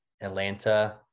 Atlanta